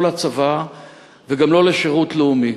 לא לצבא וגם לא לשירות לאומי,